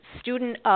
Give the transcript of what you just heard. student